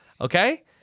Okay